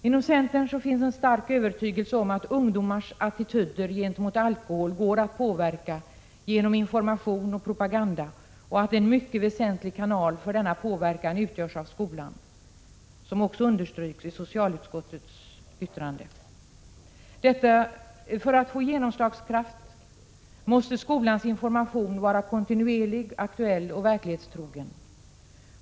Inom centern finns en stark övertygelse om att ungdomars attityder gentemot alkohol går att påverka genom information och propaganda och att en mycket väsentlig kanal för denna påverkan utgörs av skolan, vilket också 23 understryks i socialutskottets yttrande. För att få genomslagskraft måste skolans information vara kontinuerlig, aktuell och verklighetstrogen.